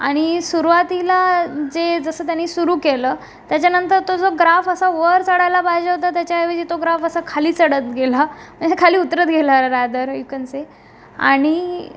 आणि सुरुवातीला जे जसं त्यानी सुरू केलं त्याच्यानंतर तो जो ग्राफ असा वर चढायला पाहिजे होता त्याच्याऐवजी तो ग्राफ असा खाली चढत गेला खाली उतरत गेला रादर यु कॅन से आणि